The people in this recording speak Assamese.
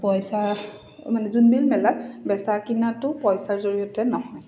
পইচা মানে জোনবিল মেলাত বেচা কিনাতো পইচাৰ জৰিয়তে নহয়